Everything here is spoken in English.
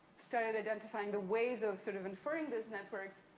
started identifying the ways of sort of inferring those networks.